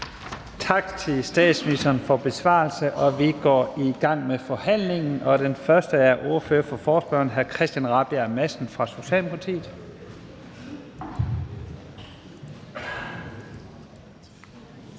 Tak til statsministeren for besvarelsen. Vi går i gang med forhandlingen. Den første er ordføreren for forespørgerne, hr. Christian Rabjerg Madsen fra Socialdemokratiet.